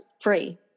free